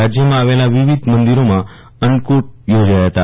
રાજયમાં આવેલા વિવિધ મંદિરોમાં અન્નકુટ યોજાયા હતા